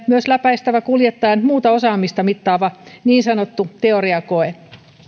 myös läpäistävä kuljettajan muuta osaamista mittaava niin sanottu teoriakoe